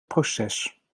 proces